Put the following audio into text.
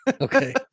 Okay